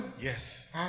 Yes